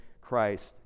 Christ